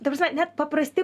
ta prasme net paprasti